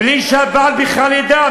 בלי שהבעל בכלל ידע?